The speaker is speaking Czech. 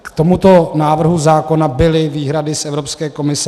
K tomuto návrhu zákona byly výhrady z Evropské komise.